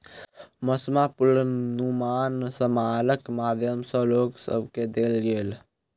मौसमक पूर्वानुमान समाचारक माध्यम सॅ लोक सभ केँ देल गेल